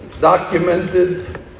documented